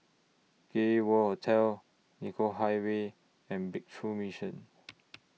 Gay World Hotel Nicoll Highway and Breakthrough Mission